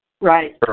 Right